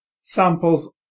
samples